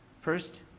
First